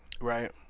right